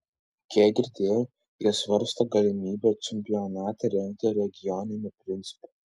kiek girdėjau jie svarsto galimybę čempionatą rengti regioniniu principu